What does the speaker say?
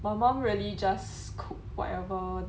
my mum really just cook whatever